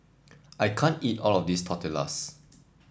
I can't eat all of this Tortillas